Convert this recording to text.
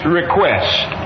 request